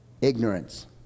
ignorance